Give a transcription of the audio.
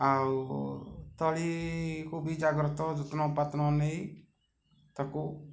ଆଉ ତଳିକୁ ବି ଜାଗ୍ରତ ଯତ୍ନ ନେଇ ତା'କୁ